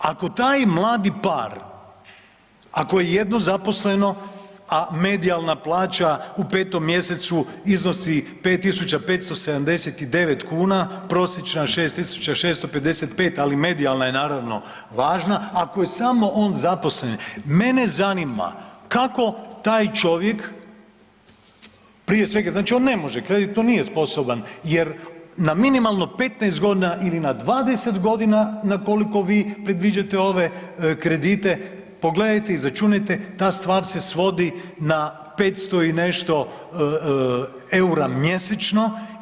Ako taj mladi par ako je jedno zaposleno, a medijalna plaća u 5. mjesecu iznosi 5 tisuća 579 kuna, prosječna 6 tisuća 655, ali medijalna je naravno važna ako je samo on zaposlen mene zanima kako taj čovjek prije svega on ne može kreditno nije sposoban jer na minimalno 15 godina ili na 20 godina na koliko vi predviđate ove kredite pogledajte i izračunajte ta stvar se svodi na 500 i nešto eura mjesečno.